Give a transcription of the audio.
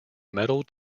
metal